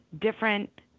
different